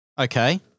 Okay